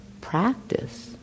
practice